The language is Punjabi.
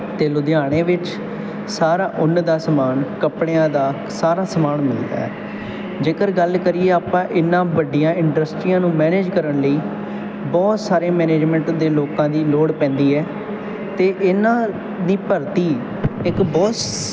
ਅਤੇ ਲੁਧਿਆਣੇ ਵਿੱਚ ਸਾਰਾ ਉੱਨ ਦਾ ਸਮਾਨ ਕੱਪੜਿਆਂ ਦਾ ਸਾਰਾ ਸਮਾਨ ਮਿਲਦਾ ਹੈ ਜੇਕਰ ਗੱਲ ਕਰੀਏ ਆਪਾਂ ਇਹਨਾਂ ਵੱਡੀਆਂ ਇੰਡਸਟਰੀਆਂ ਨੂੰ ਮੈਨੇਜ ਕਰਨ ਲਈ ਬਹੁਤ ਸਾਰੇ ਮੈਨੇਜਮੈਂਟ ਦੇ ਲੋਕਾਂ ਦੀ ਲੋੜ ਪੈਂਦੀ ਹੈ ਅਤੇ ਇਹਨਾਂ ਦੀ ਭਰਤੀ ਇੱਕ ਬਹੁਤ ਸ